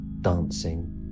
dancing